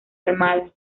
armada